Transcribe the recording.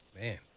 Man